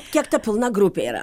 kiek ta pilna grupė yra